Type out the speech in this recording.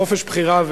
חופש בחירה,